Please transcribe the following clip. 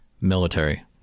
military